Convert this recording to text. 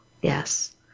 Yes